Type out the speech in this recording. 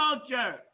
culture